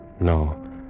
no